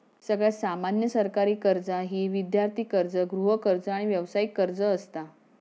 सगळ्यात सामान्य सरकारी कर्जा ही विद्यार्थी कर्ज, गृहकर्ज, आणि व्यावसायिक कर्ज असता